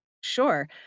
Sure